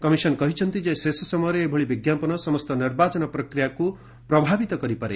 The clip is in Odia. କମିଶନ କହିଛନ୍ତି ଶେଷ ସମୟରେ ଏଭଳି ବିଜ୍ଞାପନ ସମସ୍ତ ନିର୍ବାଚନ ପ୍ରକ୍ରିୟାକୁ ପ୍ରଭାବିତ କରିପାରେ